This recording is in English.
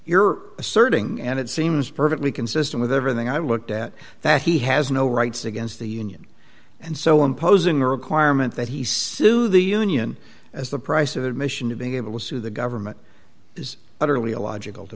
you're asserting and it seems perfectly consistent with everything i looked at that he has no rights against the union and so imposing a requirement that he sued the union as the price of admission to being able to sue the government is utterly illogical to